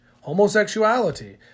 homosexuality